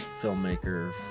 filmmaker